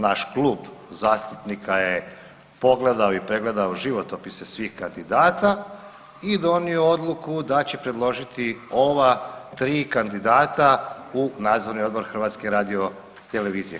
Naš klub zastupnika je pogledao i pregledao životopise svih kandidata i donio odluku da će predložiti ova 3 kandidata u Nadzorni odbor HRT-a.